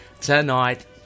tonight